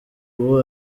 ubu